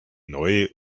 neue